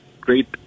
great